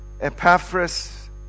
Epaphras